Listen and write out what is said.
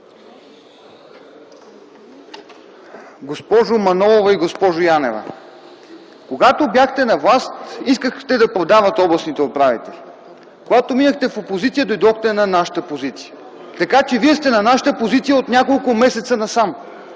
Госпожо Манолова и госпожо Янева, когато бяхте на власт, искахте да продават областните управители, когато минахте в опозиция, дойдохте на нашата позиция, така че вие сте на нашата позиция от няколко месеца насам.